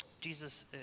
Jesus